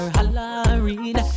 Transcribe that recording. Halloween